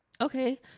okay